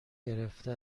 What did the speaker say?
گرفته